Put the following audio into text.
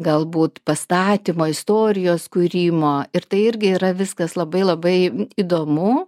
galbūt pastatymo istorijos kūrimo ir tai irgi yra viskas labai labai įdomu